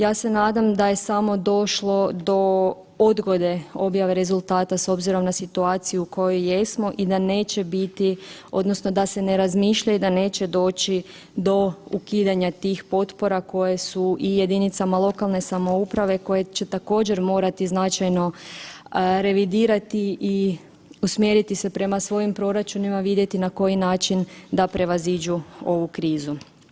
Ja se nadam da je samo došlo do odgode objave rezultata s obzirom na situaciju u kojoj jesmo i da neće biti odnosno da se ne razmišlja i da neće doći do ukidanja tih potpora koje su i jedinicama lokalne samouprave koje će također morati značajno revidirati i usmjeriti se prema svojim proračunima i vidjeti na koji način da prevaziđu ovu krizu.